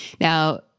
Now